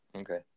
Okay